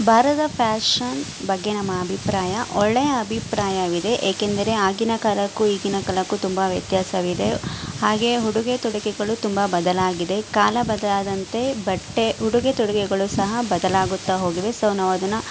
ಭಾರತದ ಫ್ಯಾಷನ್ ಬಗ್ಗೆ ನಮ್ಮ ಅಭಿಪ್ರಾಯ ಒಳ್ಳೆಯ ಅಭಿಪ್ರಾಯವಿದೆ ಏಕೆಂದರೆ ಆಗಿನ ಕಾಲಕ್ಕೂ ಈಗಿನ ಕಾಲಕ್ಕೂ ತುಂಬ ವ್ಯತ್ಯಾಸವಿದೆ ಹಾಗೇ ಉಡುಗೆ ತೊಡುಗೆಗಳು ತುಂಬ ಬದಲಾಗಿದೆ ಕಾಲ ಬದಲಾದಂತೆ ಬಟ್ಟೆ ಉಡುಗೆ ತೊಡುಗೆಗಳು ಸಹ ಬದಲಾಗುತ್ತಾ ಹೋಗಿವೆ ಸೊ ನಾವದನ್ನು